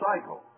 cycle